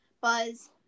Buzz